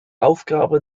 aufgabe